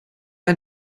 ein